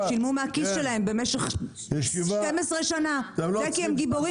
הם שילמו מהכיס שלהם במשך 12 שנה זה כי הם גיבורים גדולים.